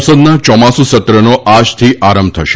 સંસદના ચોમાસુ સત્રનો આજથી આરંભ થશે